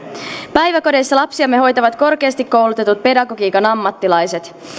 päiväkodeissa lapsiamme hoitavat korkeasti koulutetut pedagogiikan ammattilaiset